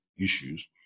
issues